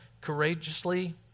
courageously